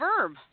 verb